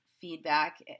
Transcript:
Feedback